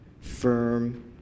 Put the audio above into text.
firm